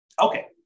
Okay